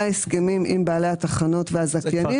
בהסכמים עם בעלי התחנות והזכיינים.